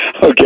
Okay